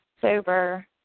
sober